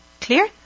clear